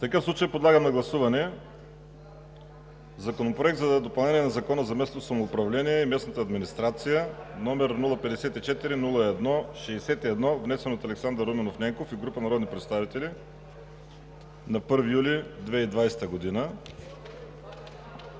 от ГЕРБ.) Подлагам на гласуване Законопроект за допълнение на Закона за местното самоуправление и местната администрация, № 054-01-61, внесен от Александър Ненков и група народни представители на 1 юли 2020 г.